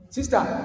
Sister